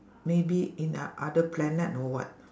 maybe in ot~ other planet or what